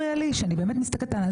לא,